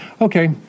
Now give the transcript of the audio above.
Okay